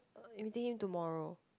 meeting him tomorrow